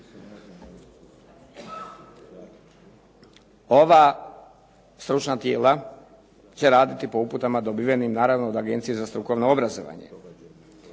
Ova stručna tijela će raditi po uputama dobivenim naravno od Agencije za strukovno obrazovanje.